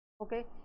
Okay